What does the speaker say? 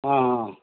ஆ ஆ